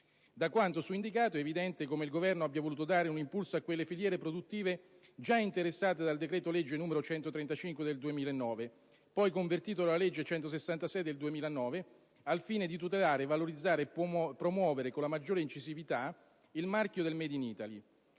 Da quanto su indicato è evidente che il Governo ha voluto dare un impulso a quelle filiere produttive già interessate dal decreto-legge n. 135 del 2009, poi convertito dalla legge n. 166 del 2009, al fine di tutelare, valorizzare e promuovere con maggiore incisività il marchio del *made in Italy*.